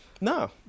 No